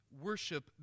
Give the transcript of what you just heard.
worship